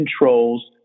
controls